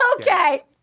Okay